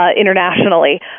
internationally